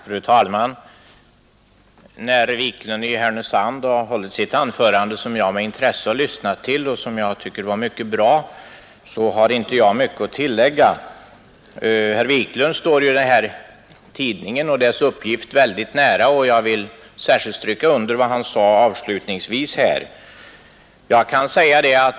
Fru talman! Sedan herr Wiklund i Härnösand hållit sitt anförande, som jag med intresse lyssnade till och fann mycket bra, har jag inte mycket att tillägga. Herr Wiklund står Invandrartidningen och dess uppgift nära, och jag vill särskilt stryka under vad han avslutningsvis sade.